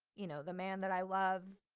you know the man that i love,